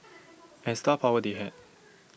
and star power they had